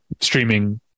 streaming